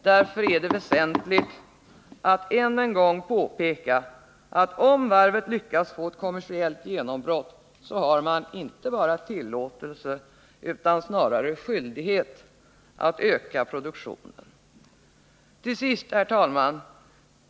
Därför är det väsentligt att ännu en gång påpeka att om varvet lyckas få ett kommersiellt genombrott, har man inte bara tillåtelse utan snarare skyldighet att öka produktionen. Till sist, herr talman!